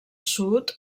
sud